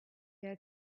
had